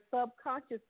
subconscious